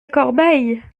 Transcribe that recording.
corbeille